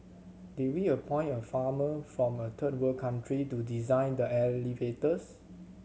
did we appoint a farmer from a third world country to design the elevators